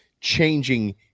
changing